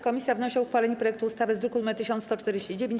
Komisja wnosi o uchwalenie projektu ustawy z druku nr 1149.